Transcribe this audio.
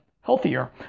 healthier